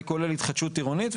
זה כולל התחדשות עירונית,